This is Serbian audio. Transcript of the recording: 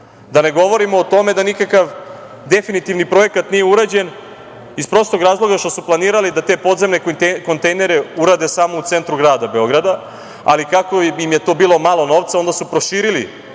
Da ne govorimo o tome da nikakav definitivni projekat nije urađen iz prostog razloga što su planirali da te podzemne kontejnere urade samo u centru grada Beograda, ali kako im je to bilo malo novca, onda su proširili